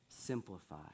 simplify